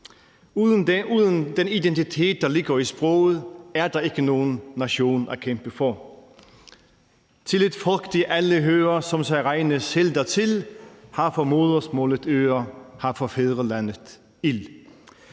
Uden den identitet, der ligger i sproget, er der ikke nogen nation at kæmpe for. »Til ét folk de alle høre,/som sig regne selv dertil,/har for modersmålet øre,/har for fædrelandet ild«.